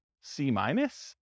C-minus